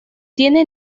tiene